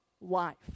life